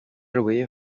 louer